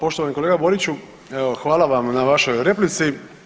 Poštovani kolega Boriću evo hvala vam na vašoj replici.